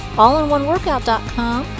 allinoneworkout.com